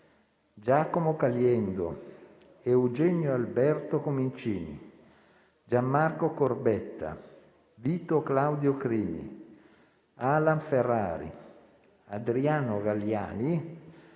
Giacomo Caliendo, Eugenio Alberto Comincini, Gianmarco Corbetta, Vito Claudio Crimi, Alan Ferrari, Adriano Galliani,